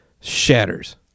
shatters